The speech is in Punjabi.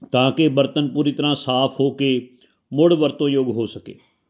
ਤਾਂ ਕਿ ਬਰਤਨ ਪੂਰੀ ਤਰ੍ਹਾਂ ਸਾਫ਼ ਹੋ ਕੇ ਮੁੜ ਵਰਤੋਂ ਯੋਗ ਹੋ ਸਕੇ